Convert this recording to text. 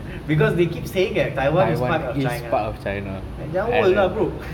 because they keep saying that taiwan is part of china like jangan world lah bro